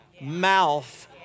mouth